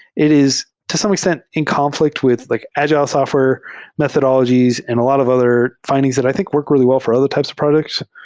it is to, some extent, in conflict with like agile software methodologies and a lot of other findings that i think work really wel l for other types of products.